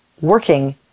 working